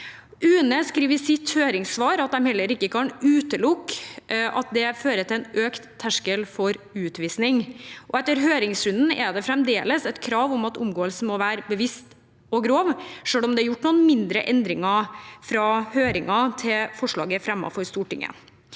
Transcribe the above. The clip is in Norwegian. UNE skriver i sitt høringssvar at de heller ikke kan utelukke at det fører til en økt terskel for utvisning, og etter høringsrunden er det fremdeles et krav om at omgåelsen må være bevisst og grov, selv om det er gjort noen mindre endringer fra høringen og fram til forslaget er fremmet for Stortinget.